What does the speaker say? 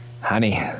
Honey